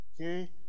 okay